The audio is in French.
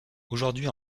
aujourd’hui